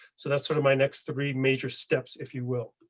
so that's sort of my next three major steps if you will.